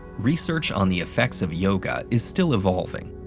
research on the effects of yoga is still evolving.